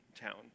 town